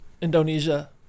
Indonesia